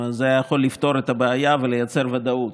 זה היה יכול לפתור את הבעיה ולייצר ודאות,